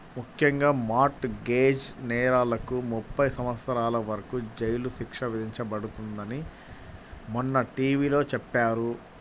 ముఖ్యంగా mortgage నేరాలకు ముప్పై సంవత్సరాల వరకు జైలు శిక్ష విధించబడుతుందని మొన్న టీ.వీ లో చెప్పారు